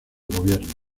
gobierno